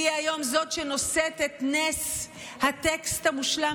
והיא היום זאת שנושאת את נס הטקסט המושלם